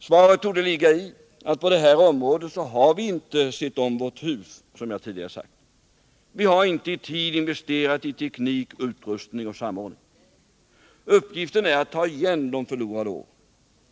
Svaret borde ligga i att på detta område har vi inte sett om vårt hus, som jag tidigare sagt. Vi har inte i tid investerat i teknik, utrustning och samordning. Uppgiften är att ta igen de förlorade åren.